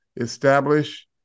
establish